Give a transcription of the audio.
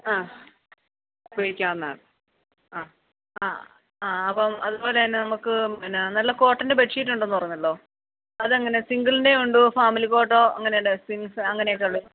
ആ ഉപയോഗിക്കാവുന്നാണ് ആ ആ ആ അപ്പോള് അതുപോലെതന്നെ നമുക്ക് പിന്നാ നല്ല കോട്ടൻ്റെ ബെഡ് ഷീറ്റുണ്ടെന്നു പറഞ്ഞല്ലോ അതെങ്ങനെയാ സിംഗിളിൻ്റെയുണ്ടോ ഫാമിലി കോട്ടോ അങ്ങനെയെന്നാ അങ്ങനെയൊക്കെയുള്ളേ